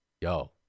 Yo